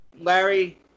Larry